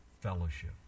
fellowship